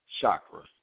chakra